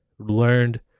learned